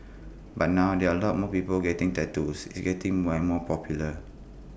but now there are A lot of more people getting tattoos it's getting more and more popular